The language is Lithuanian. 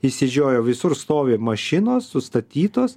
išsižiojau visur stovi mašinos sustatytos